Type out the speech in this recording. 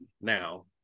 now